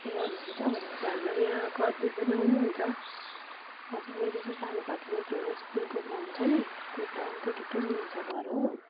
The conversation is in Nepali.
ए गर्नुहुन्छ भनेपछि हाम्रो यहाँ करभिर पनि आउनुहुन्छ हजुर मेरो चाहिँ सानो पात्ले त्यो स्कुलको ग्राउन्ड छ नि त्यो ग्राउन्डकै ठिकै मुनि छ घर हो